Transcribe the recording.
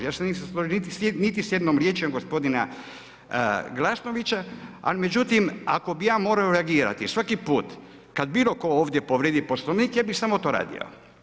Ja se nisam složio sa niti jednom riječju gospodina Glasnovića ali međutim ako bih ja morao reagirati svaki put kada bilo tko ovdje povrijedi Poslovnik ja bih samo to radio.